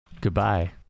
Goodbye